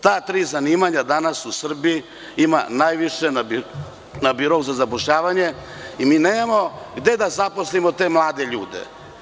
Ta tri zanimanja danas u Srbiji ima najviše na birou za zapošljavanje i mi nemamo gde da zaposlimo te mlade ljude.